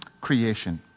Creation